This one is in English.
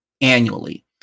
annually